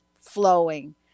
flowing